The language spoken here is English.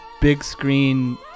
big-screen